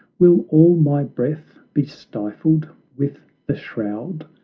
will all my breath be stifled with the shroud,